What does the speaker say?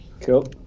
Cool